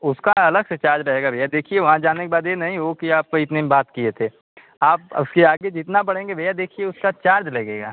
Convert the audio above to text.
उसका अलग से चार्ज रहेगा भैया देखिए वहाँ जाने के बाद ये नहीं हो कि आप इतने में बात किए थे आप उसके आगे जितना बढ़ेंगे भैया देखिए उसका चार्ज लगेगा